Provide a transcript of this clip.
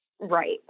Right